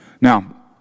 now